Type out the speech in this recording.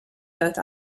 both